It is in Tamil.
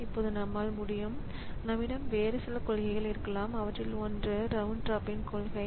இப்போது நம்மால் முடியும் நம்மிடம் வேறு சில கொள்கைகள் இருக்கலாம் அவற்றில் ஒன்று ரவுண்ட் ராபின் கொள்கை